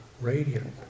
radiant